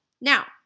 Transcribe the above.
Now